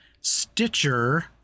stitcher